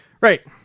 Right